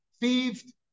thieved